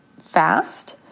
fast